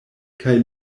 kaj